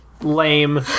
Lame